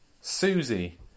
Susie